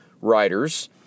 writers